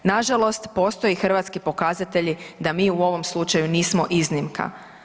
Nažalost postoji hrvatski pokazatelji da mi u ovom slučaju nismo iznimka.